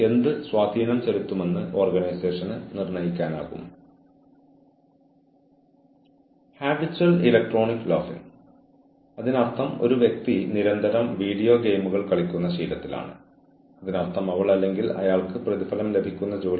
അതിനാൽ എന്താണ് സംഭവിക്കുന്നതെന്ന് ജീവനക്കാരനോട് ചോദിക്കുന്ന പ്രക്രിയയിൽ എന്തുകൊണ്ടാണ് ജീവനക്കാരൻ സാധ്യതകൾക്കനുസരിച്ച് പ്രവർത്തിക്കാത്തത്